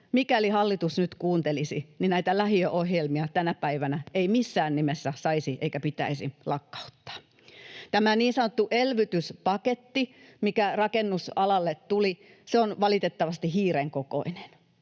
mikäli hallitus nyt kuuntelisi, niin näitä lähiöohjelmia tänä päivänä ei missään nimessä saisi eikä pitäisi lakkauttaa. Tämä niin sanottu elvytyspaketti, mikä rakennusalalle tuli, on valitettavasti hiiren kokoinen.